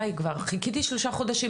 די, כבר חיכיתי מספיק, שלושה חודשים.